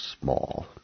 small